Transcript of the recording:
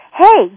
hey